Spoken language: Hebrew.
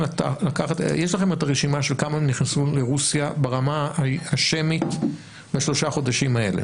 יש לכם את הרשימה של כמה נכנסו מרוסיה ברמה השמית בשלושה חודשים האלה,